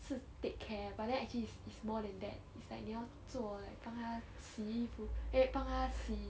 是 take care but then actually it's it's more than that it's like 你要做 like 帮他洗衣服 eh 帮他洗